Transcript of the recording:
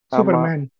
Superman